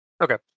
okay